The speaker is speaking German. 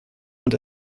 und